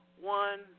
one